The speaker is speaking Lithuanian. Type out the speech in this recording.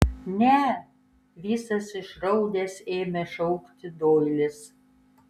ne visas išraudęs ėmė šaukti doilis